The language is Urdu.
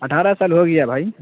اٹھارہ سال ہو گیا ہے بھائی